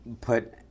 put